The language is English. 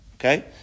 okay